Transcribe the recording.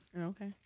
Okay